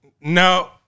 No